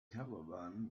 caravan